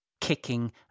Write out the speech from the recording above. kicking